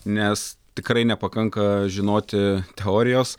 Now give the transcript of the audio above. nes tikrai nepakanka žinoti teorijos